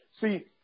See